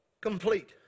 complete